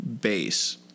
Base